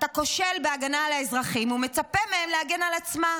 אתה כושל בהגנה על האזרחים ומצפה מהם להגן על עצמם.